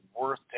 worth